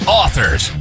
authors